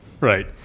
Right